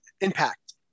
impact